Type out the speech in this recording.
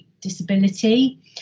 disability